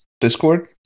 Discord